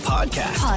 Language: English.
Podcast